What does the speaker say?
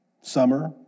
Summer